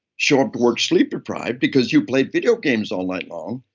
show work sleepdeprived because you played video games all night long,